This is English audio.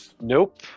nope